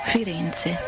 Firenze